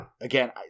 Again